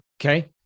okay